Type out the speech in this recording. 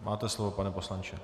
Máte slovo, pane poslanče.